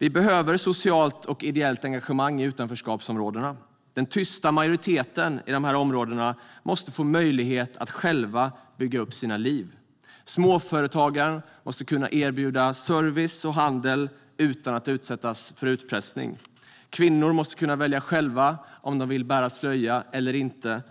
Vi behöver socialt och ideellt engagemang i utanförskapsområdena. Den tysta majoriteten i de här områdena måste få möjlighet att själv bygga upp sitt liv. Småföretagare måste kunna erbjuda service och handel utan att utsättas för utpressning. Kvinnor måste kunna välja själva om de vill bära slöja eller inte